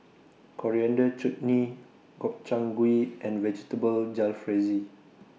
Coriander Chutney Gobchang Gui and Vegetable Jalfrezi